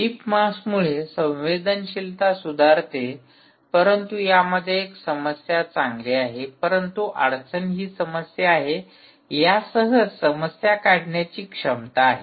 tip मासमुळे संवेदनशीलता सुधारते परंतु यामध्ये एक समस्या चांगली आहे परंतु अडचण ही समस्या आहे यासह समस्या काढण्याची क्षमता आहे